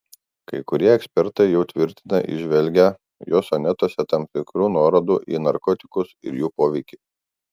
kai kurie ekspertai jau tvirtina įžvelgią jo sonetuose tam tikrų nuorodų į narkotikus ir jų poveikį